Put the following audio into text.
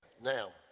Now